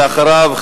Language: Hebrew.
ואחריו,